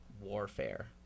warfare